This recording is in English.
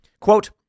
Quote